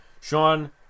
Sean